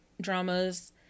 dramas